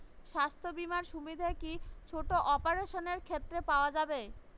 স্বাস্থ্য বীমার সুবিধে কি ছোট অপারেশনের ক্ষেত্রে পাওয়া যাবে?